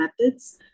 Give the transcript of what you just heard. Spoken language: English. methods